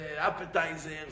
appetizers